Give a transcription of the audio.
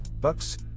Bucks